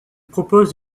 propose